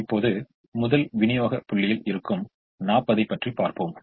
இப்போது முதல் விநியோக புள்ளியில் இருக்கும் 40 ஐ பார்ப்போம்